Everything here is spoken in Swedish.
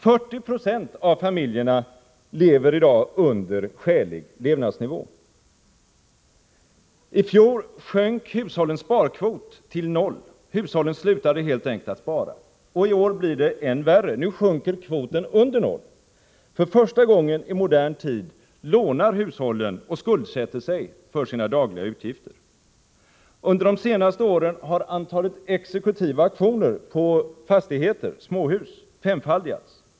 40 6 av familjerna lever i dag under skälig levnadsnivå. I fjol sjönk hushållens sparkvot till noll — hushållen slutade helt enkelt spara. I år blir det än värre. Nu sjunker kvoten under noll. För första gången i modern tid lånar hushållen och skuldsätter sig för sina dagliga utgifter. Under de senaste åren har antalet exekutiva auktioner på småhus femfaldigats.